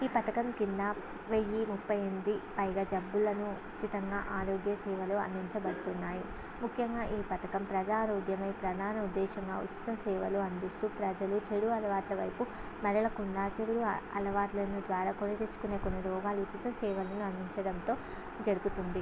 ఈ పథకం కింద వెయ్యి ముఫై ఎనిమిది పైగా జబ్బులను ఉచితంగా ఆరోగ్య సేవలు అందించబడుతున్నాయి ముఖ్యంగా ఈ పథకం ప్రజారోగ్యం జనాలను ఉద్దేశించి ఉచిత సేవలు అందిస్తూ ప్రజలు చెడు అలవాట్ల వైపు మెదలకుండా చెడు అలవాట్లను ద్వారా కొని తెంచుకునే కొన్ని రోగాలు ఉచిత సేవలు అందించడంతో జరుగుతుంది